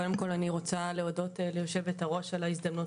קודם כול אני רוצה להודות ליושבת-הראש על ההזדמנות